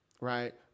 right